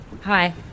Hi